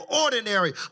ordinary